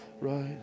right